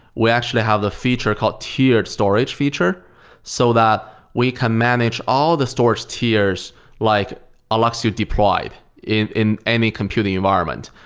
we actually have a feature called tiered storage feature so that we can manage all the storage tiers like alluxio deployed in in any computing environment.